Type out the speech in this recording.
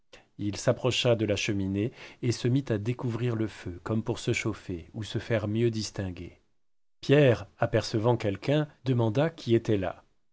il s'approcha de la cheminée et se mit à découvrir le feu comme pour se chauffer ou se faire mieux distinguer pierre apercevant quelqu'un demanda qui était là